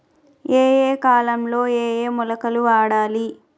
ఏయే కాలంలో ఏయే మొలకలు వాడాలి?